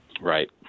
Right